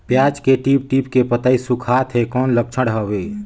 पियाज के टीप टीप के पतई सुखात हे कौन लक्षण हवे?